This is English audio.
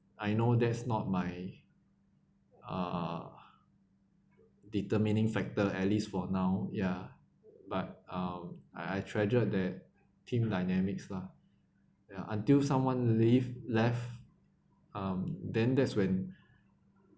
I know that's not my uh determining factor at least for now ya but uh I I treasure that team dynamics lah ya until someone leave left um then that's when